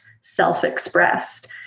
self-expressed